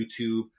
YouTube